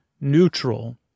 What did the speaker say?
neutral